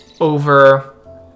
over